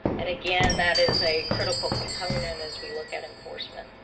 and again, that is a critical component as we look at enforcement.